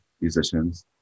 musicians